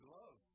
love